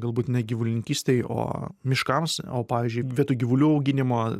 galbūt ne gyvulininkystei o miškams o pavyzdžiui vietoj gyvulių auginimo